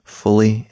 fully